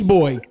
boy